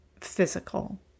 physical